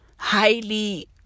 Highly